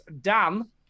Dan